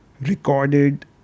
recorded